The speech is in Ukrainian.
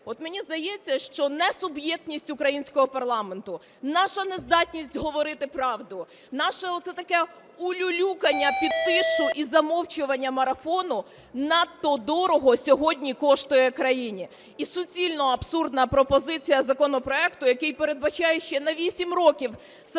от мені здається, що несуб'єктність українського парламенту, наша нездатність говорити правду, наша оце таке улюлюкання під тишу і замовчування марафону надто дорого сьогодні коштує країні. І суцільно абсурдна пропозиція законопроекту, який передбачає ще на вісім років садити